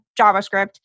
JavaScript